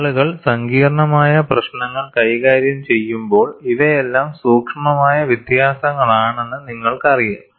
ആളുകൾ സങ്കീർണ്ണമായ പ്രശ്നങ്ങൾ കൈകാര്യം ചെയ്യുമ്പോൾ ഇവയെല്ലാം സൂക്ഷ്മമായ വ്യത്യാസങ്ങളാണെന്ന് നിങ്ങൾക്കറിയാം